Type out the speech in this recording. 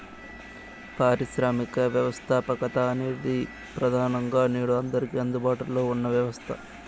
పారిశ్రామిక వ్యవస్థాపకత అనేది ప్రెదానంగా నేడు అందరికీ అందుబాటులో ఉన్న వ్యవస్థ